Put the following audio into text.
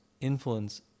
influence